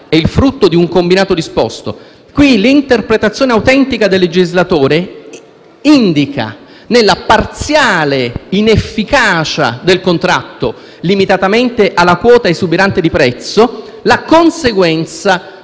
che è frutto di un combinato disposto. Qui l'interpretazione autentica del legislatore indica nella parziale inefficacia del contratto, limitatamente alla quota esuberante di prezzo, la conseguenza